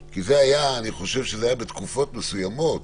כי זה היה בתקופות מסוימות